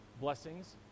blessings